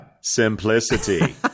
simplicity